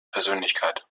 persönlichkeit